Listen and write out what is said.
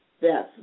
Yes